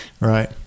Right